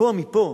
מפה,